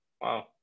Wow